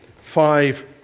five